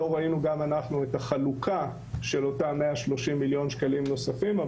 גם אנחנו לא ראינו את החלוקה של אותם 130 מיליון שקלים נוספים,